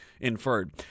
inferred